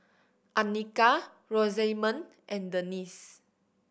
Annika Rosamond and Denice